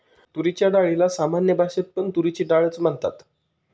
तुरीच्या डाळीला सामान्य भाषेत पण तुरीची डाळ च म्हणतात